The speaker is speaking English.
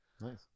nice